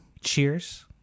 Cheers